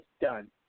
done